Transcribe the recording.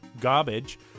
garbage